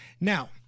Now